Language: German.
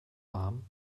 warm